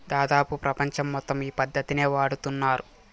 దాదాపు ప్రపంచం మొత్తం ఈ పద్ధతినే వాడుతున్నారు